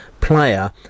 player